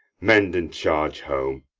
mend, and charge home,